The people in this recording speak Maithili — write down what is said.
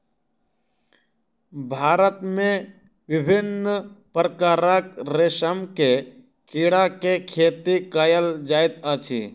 भारत मे विभिन्न प्रकारक रेशम के कीड़ा के खेती कयल जाइत अछि